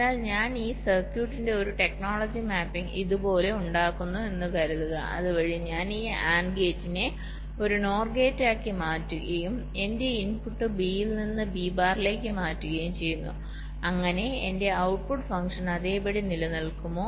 എന്നാൽ ഞാൻ ഈ സർക്യൂട്ടിന്റെ ഒരു ടെക്നോളജി മാപ്പിംഗ് ഇതുപോലെ ഉണ്ടാക്കുന്നു എന്ന് കരുതുക അതുവഴി ഞാൻ ഈ ആൻഡ് ഗേറ്റിനെ ഒരു NOR ഗേറ്റാക്കി മാറ്റുകയും എന്റെ ഇൻപുട്ട് B യിൽ നിന്ന് B ബാറിലേക്ക് മാറ്റുകയും ചെയ്യുന്നു അങ്ങനെ എന്റെ ഔട്ട്പുട്ട് ഫംഗ്ഷൻ അതേപടി നിലനിൽക്കുമോ